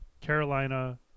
Carolina